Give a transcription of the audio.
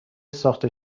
ساخته